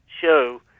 show